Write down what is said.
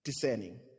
discerning